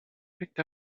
picked